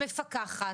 שמפקחת,